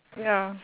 ya